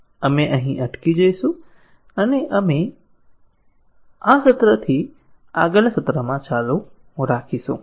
આપણે અહીં અટકી જઈશું અને આપણે આ સત્રથી આગળના સત્રમાં ચાલુ રાખીશું